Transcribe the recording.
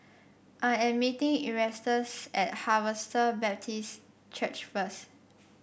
I am meeting Erastus at Harvester Baptist Church first